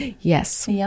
Yes